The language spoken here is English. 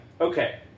Okay